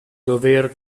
dover